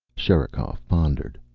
sherikov pondered.